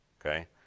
okay